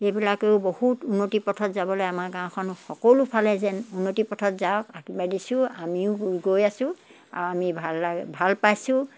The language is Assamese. এইবিলাকেও বহুত উন্নতিৰ পথত যাবলৈ আমাৰ গাঁওখন সকলো ফালে যেন উন্নতিৰ পথত যাওক আৰ্শীবাদ দিছোঁ আমিও গ গৈ আছোঁ আৰু আমি ভাল লাগ ভাল পাইছোঁ